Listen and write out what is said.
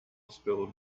spilled